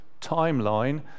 timeline